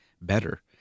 better